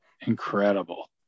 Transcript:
Incredible